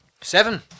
Seven